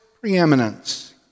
preeminence